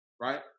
right